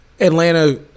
Atlanta